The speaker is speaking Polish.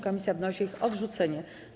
Komisja wnosi o ich odrzucenie.